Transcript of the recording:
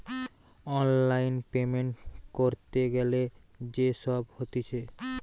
online payment ক্যরতে গ্যালে যে সব হতিছে